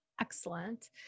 Excellent